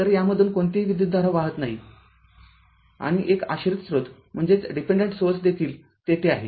तर यामधून कोणतीही विद्युतधारा वाहत नाही आणि एक आश्रित स्रोत देखील तेथे आहे